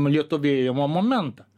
lietuvių įėjimo momentą